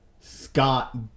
Scott